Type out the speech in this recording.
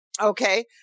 okay